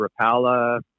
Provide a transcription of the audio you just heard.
rapala